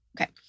Okay